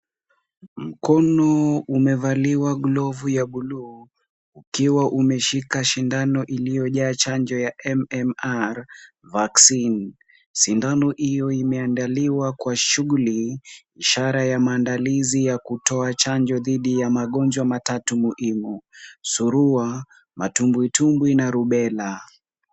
Mkono umevaliwa glovu ya blue ukiwa umeshika sindano iliyojaa chanjo ya MMR vaccine . Sindano hiyo imeandaliwa kwa shughuli, ishara ya maandalizi ya kutoa chanjo dhidi ya magonjwa matatu muhimu, surua, matumbwitumbwi na rubela.